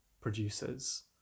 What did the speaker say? producers